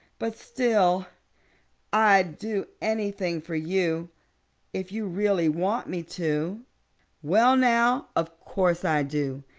but still i'd do anything for you if you really want me to well now, of course i do.